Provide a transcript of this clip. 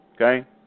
Okay